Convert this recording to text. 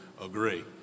agree